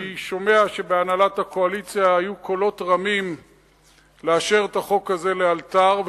אני שומע שבהנהלת הקואליציה היו קולות רמים לאשר את החוק הזה לאלתר,